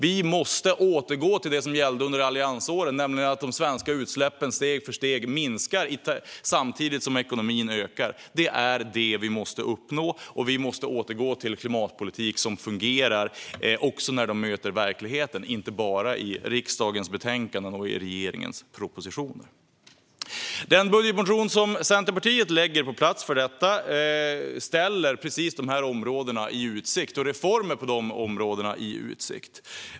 Vi måste återgå till det som gällde under alliansåren, det vill säga att de svenska utsläppen minskar steg för steg samtidigt som ekonomin ökar. Detta måste vi uppnå. Vi måste alltså återgå till en klimatpolitik som fungerar i verkligheten, inte bara i regeringens propositioner och riksdagens betänkanden. Centerpartiets budgetmotion ställer precis dessa områden och reformer på dessa områden i utsikt.